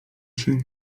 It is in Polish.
się